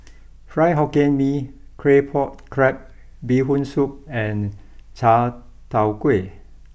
Fried Hokkien Mee Claypot Crab Bee Hoon Soup and Chai tow Kway